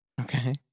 Okay